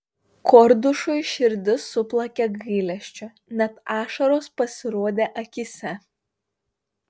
kordušui širdis suplakė gailesčiu net ašaros pasirodė akyse